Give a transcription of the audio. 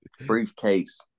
briefcase